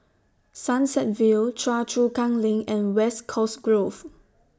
Sunset View Choa Chu Kang LINK and West Coast Grove